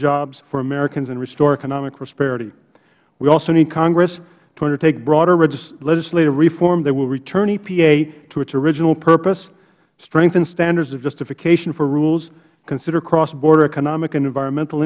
jobs for americans and restore economic prosperity we also need congress to undertake broader legislative reform that will return epa to its original purpose strengthen standards of justification for rules consider crossborder economic and environmental